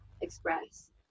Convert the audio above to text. express